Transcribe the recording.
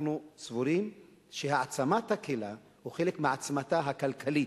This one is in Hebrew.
אנחנו סבורים שהעצמת הקהילה הוא חלק מעוצמתה הכלכלית,